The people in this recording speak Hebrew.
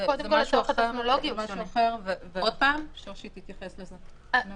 משהו אחר ושושי תתייחס לזה.